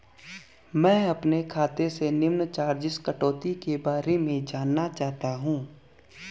मैं अपने खाते से निम्न चार्जिज़ कटौती के बारे में जानना चाहता हूँ?